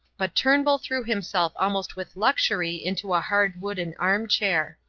but turnbull threw himself almost with luxury into a hard wooden arm-chair.